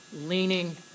leaning